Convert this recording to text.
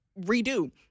redo